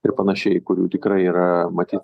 ir panašiai kurių tikrai yra maty